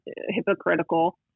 hypocritical